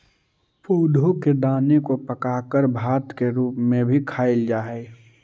पौधों के दाने को पकाकर भात के रूप में भी खाईल जा हई